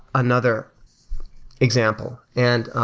another example, and